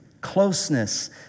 closeness